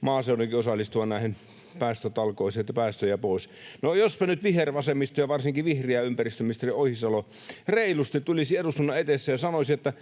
maaseudunkin osallistua näihin päästötalkoisiin, että päästöjä pois. No, jospa nyt vihervasemmistosta varsinkin vihreä ympäristöministeri Ohisalo reilusti tulisi eduskunnan eteen ja sanoisi, että